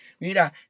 Mira